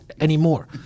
anymore